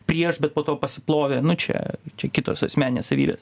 prieš bet po to pasiplovė nu čia čia kitos asmeninės savybės